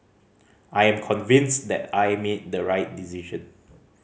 I am convinced that I made the right decision